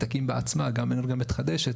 היא תקים בעצמה גם אנרגיה מתחדשת,